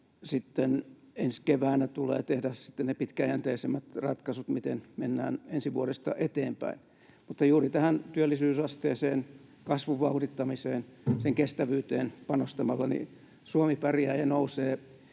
ensi keväänä tulee tehdä ne pitkäjänteisemmät ratkaisut — miten mennään ensi vuodesta eteenpäin? Mutta juuri tähän työllisyysasteeseen, kasvun vauhdittamiseen, sen kestävyyteen panostamalla Suomi pärjää ja nousee,